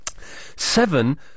Seven